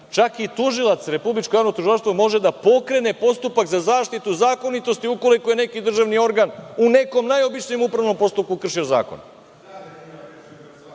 čak i tužilac Republičkog javnog tužilaštva može da pokrene postupak za zaštitu zakonitosti ukoliko je neki državni organ u nekom najobičnijem upravnom postupku kršio zakon.